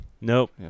Nope